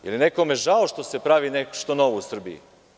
Da li je nekome žao što se pravi nešto novo u Srbiji?